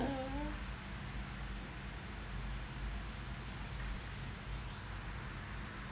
ah